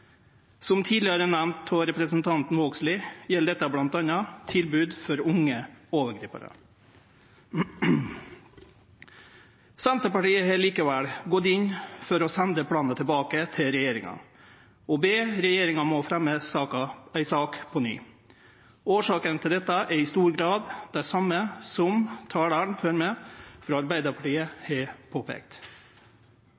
Som tidlegare nemnt av representanten Vågslid, gjeld dette bl.a. tilbod for unge overgriparar. Senterpartiet har likevel gått inn for å sende planen tilbake til regjeringa og ber regjeringa fremje ei sak på ny. Årsaka til dette er i stor grad det same som